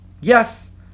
yes